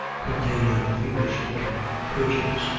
containing fever-stricken patients,